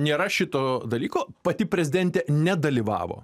nėra šito dalyko pati prezidentė nedalyvavo